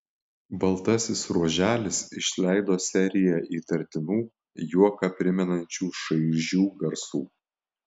baltasis ruoželis išleido seriją įtartinų juoką primenančių šaižių garsų